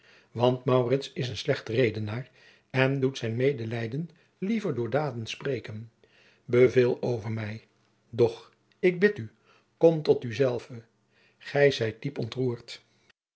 is een slecht redenaar en doet zijn medelijden liever door daden spreken beveel over mij doch ik bid u kom tot u zelve gij zijt diep ontroerd